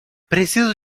preciso